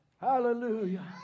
Hallelujah